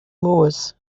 moors